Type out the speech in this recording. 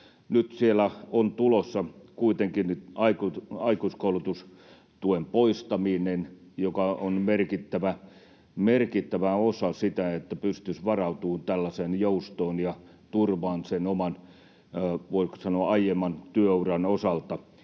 Nyt siellä on tulossa kuitenkin aikuiskoulutustuen poistaminen, joka on merkittävä osa sitä, että pystyisimme varautumaan tällaiseen joustoon ja turvaan sen oman, voiko sanoa, aiemman työuran osalta.